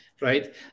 right